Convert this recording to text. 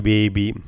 Baby